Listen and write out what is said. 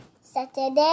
Saturday